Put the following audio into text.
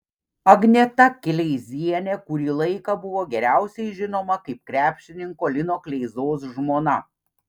agneta kleizienė kurį laiką buvo geriausiai žinoma kaip krepšininko lino kleizos žmona